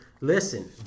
Listen